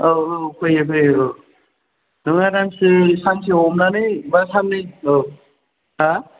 औ औ फैयो फैयो औ नोङो सानसे हमनानै बा सान्नै औ